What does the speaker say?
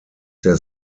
der